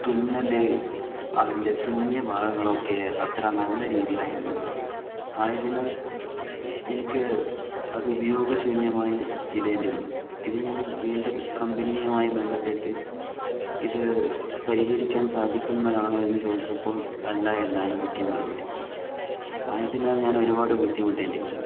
തുന്നൽ അതിൻ്റെ തുന്നിയ ഭാഗങ്ങളൊക്കെ അത്ര നല്ല രീതിയിലായിരുന്നില്ല ആയതിനാൽ എനിക്ക് അതുപയോഗശൂന്യമായി ഇടേണ്ടി വന്നു ഇത് ഞാൻ വീണ്ടും കമ്പനിയുമായി ബന്ധപ്പെട്ട് ഇതു പരിഹരിക്കാൻ സാധിക്കുന്നതാണോ എന്നു ചോദിച്ചപ്പോൾ അല്ല എന്നാണു കിട്ടിയ മറുപടി ആയതിനാൽ ഞാൻ ഒരുപാട് ബുദ്ധിമുട്ടേണ്ടി വന്നു